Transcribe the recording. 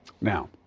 Now